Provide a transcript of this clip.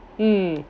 mm